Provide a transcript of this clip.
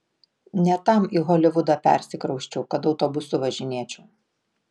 ne tam į holivudą persikrausčiau kad autobusu važinėčiau